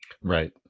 right